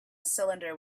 cylinder